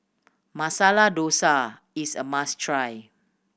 Masala Dosa is a must try